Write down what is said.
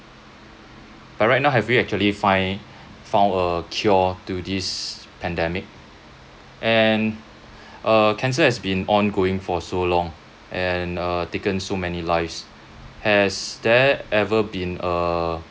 but right now have you actually find found a cure to this pandemic and uh cancer has been ongoing for so long and uh taken so many lives has there ever been a